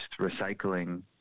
recycling